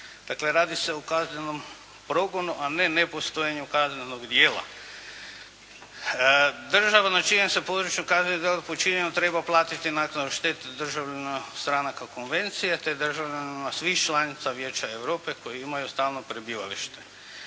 Dakle, radi se o kaznenom progonu, a ne nepostojanju kaznenog djela. Državna činjenica u području kaznenog djela počinitelj treba uplatiti naknadu štete državnim stranaka konvencije, te državljanima svih članica Vijeća Europe koje imaju stalno prebivalište